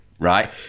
Right